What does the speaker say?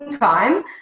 time